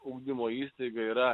ugdymo įstaiga yra